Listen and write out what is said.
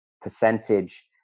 percentage